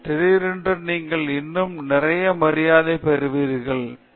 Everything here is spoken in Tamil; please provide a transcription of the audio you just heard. திடீரென்று நீங்கள் இன்னும் நிறைய மரியாதை பெற்றுள்ளீர்கள் என்பதை உணர்கிறீர்கள்